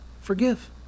forgive